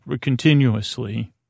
continuously